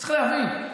צריך להבין,